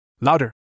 louder